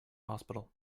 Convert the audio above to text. hospital